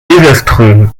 désastreux